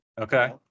Okay